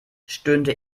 stöhnte